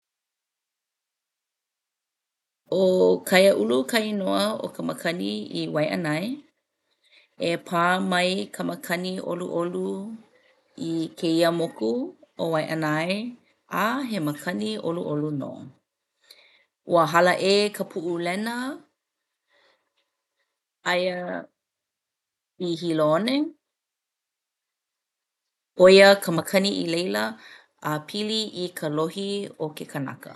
ʻO Kaiāulu ka inoa o ka makani i Waiʻanae. E pā mai ka makani ʻoluʻolu i kēia moku o Waiʻanae a he makani ʻoluʻolu nō. Ua hala ʻē ka Puʻulena, aia i Hilo one ʻo ia ka makani i laila a pili i ka lohi o ke kanaka.